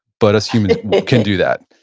but as humans, we can do that